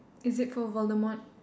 is it for Voldemort